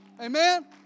Amen